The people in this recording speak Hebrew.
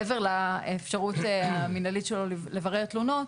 מעבר לאפשרות המנהלית שלו לברר תלונות,